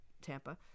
Tampa